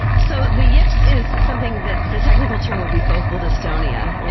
so the yips is something that the technical term would be vocal dystonia